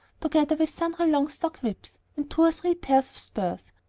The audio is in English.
together with sundry long stock-whips and two or three pairs of spurs,